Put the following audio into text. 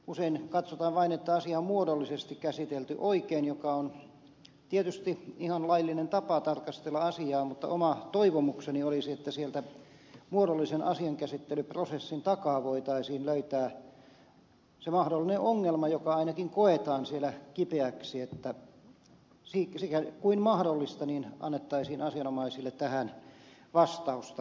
usein katsotaan vain että asia on muodollisesti käsitelty oikein mikä on tietysti ihan laillinen tapa tarkastella asiaa mutta oma toivomukseni olisi että sieltä muodollisen asiankäsittelyprosessin takaa voitaisiin löytää se mahdollinen ongelma joka ainakin koetaan siellä kipeäksi että sikäli kuin mahdollista annettaisiin asianomaisille tähän vastausta